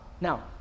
Now